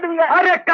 your honour.